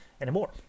anymore